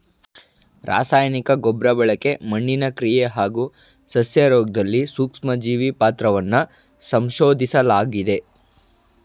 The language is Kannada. ರಾಸಾಯನಿಕ ಗೊಬ್ರಬಳಕೆ ಮಣ್ಣಿನ ಕ್ರಿಯೆ ಹಾಗೂ ಸಸ್ಯರೋಗ್ದಲ್ಲಿ ಸೂಕ್ಷ್ಮಜೀವಿ ಪಾತ್ರವನ್ನ ಸಂಶೋದಿಸ್ಲಾಗಿದೆ